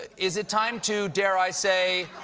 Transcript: is it time to, dare i say,